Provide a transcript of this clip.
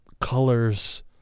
colors